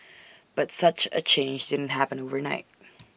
but such A change didn't happen overnight